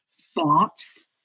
thoughts